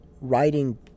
writing